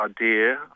idea